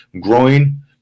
growing